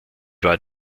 war